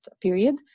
period